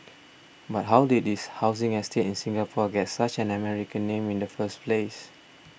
but how did this housing estate in Singapore get such an American name in the first place